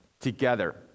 together